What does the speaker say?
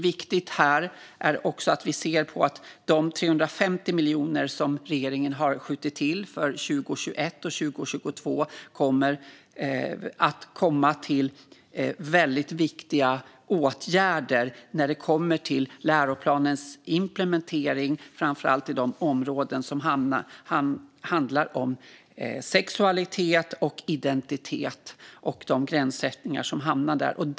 Vi ser också att de 350 miljoner som regeringen har skjutit till för 2021 och 2022 kommer att användas till väldigt viktiga åtgärder som handlar om läroplanens implementering, framför allt på områden som handlar om sexualitet och identitet och de gränssättningar som berör dessa områden.